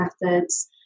methods